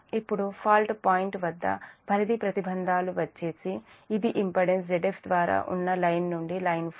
ఇప్పుడు fault point వద్ద పరిధి ప్రతిబంధాలు వచ్చేసి ఇది ఇంపిడెన్స్ Zf ద్వారా ఉన్న లైన్ నుండి లైన్ ఫాల్ట్